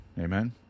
Amen